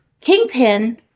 Kingpin